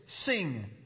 sing